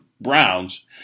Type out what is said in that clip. Browns